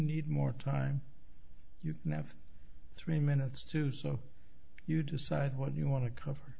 need more time you have three minutes to so you decide what you want to cover